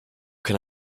can